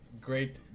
great